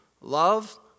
love